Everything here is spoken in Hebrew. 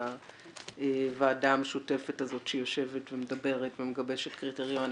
הוועדה המשותפת הזאת שיושבת ומדברת ומגבשת קריטריונים.